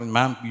ma'am